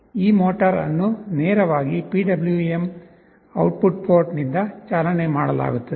ಈ ಮೋಟರ್ ಅನ್ನು ನೇರವಾಗಿ ಪಿಡಬ್ಲ್ಯೂಎಂ ಔಟ್ಪುಟ್ ಪೋರ್ಟ್ನಿಂದ ಚಾಲನೆ ಮಾಡಲಾಗುತ್ತದೆ